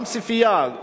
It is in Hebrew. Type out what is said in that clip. גם ספרייה,